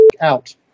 out